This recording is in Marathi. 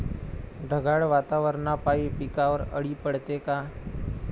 ढगाळ वातावरनापाई पिकावर अळी पडते का?